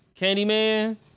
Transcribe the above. Candyman